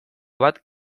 bat